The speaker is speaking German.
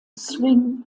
swing